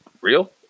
real